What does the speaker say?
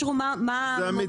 אם המשקים נבנו אחרי שהם אישרו מה?